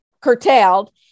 curtailed